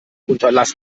unterlass